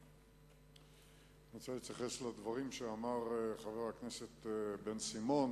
אני רוצה להתייחס לדברים שאמר חבר הכנסת בן-סימון